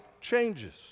changes